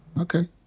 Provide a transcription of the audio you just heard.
Okay